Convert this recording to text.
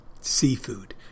seafood